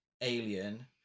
Alien